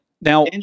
Now